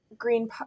Green